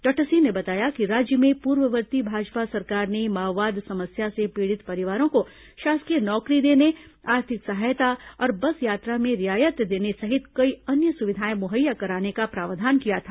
doctor Singh ने बताया कि राज्य में पूर्ववर्ती भाजपा सरकार ने माओवाद समस्या से पीड़ित परिवारों को शासकीय नौकरी देने आर्थिक सहायता और बस यात्रा में रियायत देने सहित कई अन्य सुविधाएं मुहैया कराने का प्रावधान किया था